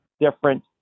different